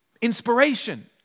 inspiration